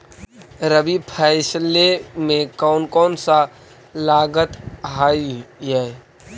रबी फैसले मे कोन कोन सा लगता हाइय?